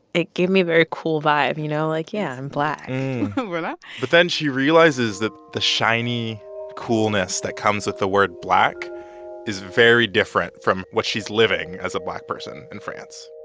it gave me a very cool vibe, you know, like, yeah, i'm black you know but then she realizes that the shiny coolness that comes with the word black is very different from what she's living as a black person in france.